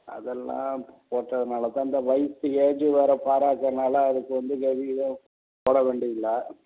அதெல்லாம் போட்டதுனால தான் இந்த வயிசு ஏஜு வேற பாரா இருக்கதுனால் அதுக்கு வந்து வேறு எதுவும் போட வேண்டியதில்ல